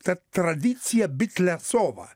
tad tradicija bitlecova